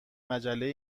مجله